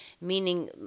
meaning